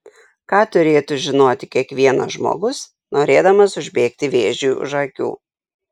ką turėtų žinoti kiekvienas žmogus norėdamas užbėgti vėžiui už akių